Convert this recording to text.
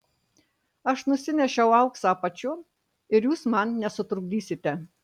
aš nusinešiau auksą apačion ir jūs man nesutrukdysite